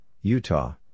Utah